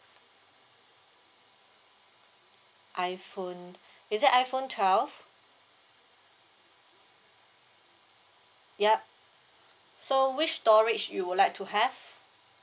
iphone is it iphone twelve yup so which storage you would like to have